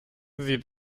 sie